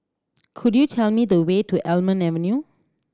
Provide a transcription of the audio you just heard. could you tell me the way to Almond Avenue